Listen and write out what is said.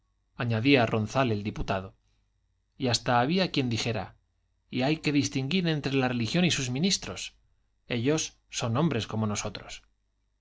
añadía ronzal el diputado y hasta había quien dijera y hay que distinguir entre la religión y sus ministros ellos son hombres como nosotros